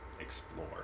explore